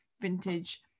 vintage